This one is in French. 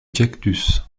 cactus